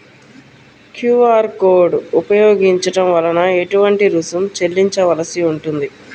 QR code ఉపయోగించటం వలన ఏటువంటి రుసుం చెల్లించవలసి ఉంటుంది?